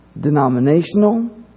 denominational